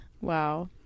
wow